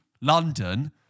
London